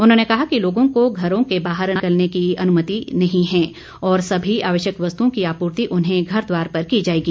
उन्होंने कहा कि लोगों को घरों के बाहर निकलने की अनुमति नहीं होगी और सभी आवश्यक वस्तुओं की आपूर्ति उन्हें घर द्वार पर की जाएगी